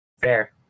Fair